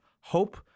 hope